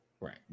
right